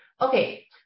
Okay